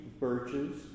Birches